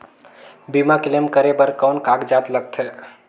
बीमा क्लेम करे बर कौन कागजात लगथे?